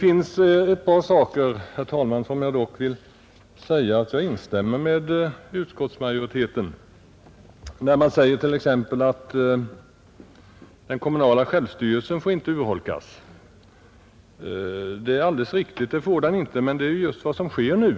På ett par punkter vill jag dock instämma med utskottsmajoriteten, bl.a. när denna framhåller att den kommunala självstyrelsen inte får urholkas. Men det är just vad som sker nu.